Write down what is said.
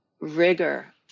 rigor